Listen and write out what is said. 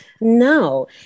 No